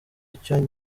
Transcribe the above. icyo